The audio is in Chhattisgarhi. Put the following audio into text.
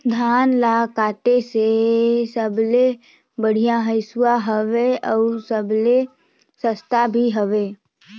धान ल काटे के सबले बढ़िया हंसुवा हवये? अउ सबले सस्ता भी हवे?